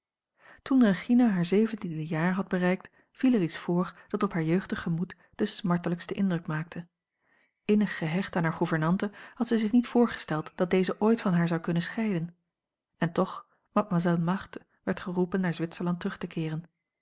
toen regina haar zeventiende jaar had bereikt viel er iets voor dat op haar jeugdig gemoed den smartelijksten indruk maakte innig gehecht aan haar gouvernante had zij zich niet voorgesteld dat deze ooit van haar zou kunnen scheiden en toch mademoiselle marthe werd geroepen naar zwitserland terug te keeren